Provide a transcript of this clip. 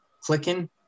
clicking